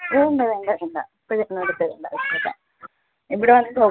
ഓ വേണ്ട വേണ്ട ഇല്ല ഇപ്പോഴേ ഇങ്ങോട്ട് തരേണ്ട ഇവിടെ വന്നിട്ട് ഓ